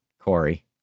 Corey